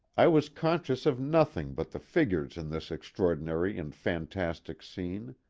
i was conscious of nothing but the figures in this extraordinary and fantastic scene.